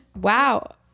Wow